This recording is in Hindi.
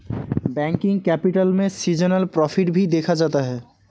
वर्किंग कैपिटल में सीजनल प्रॉफिट भी देखा जाता है